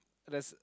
there's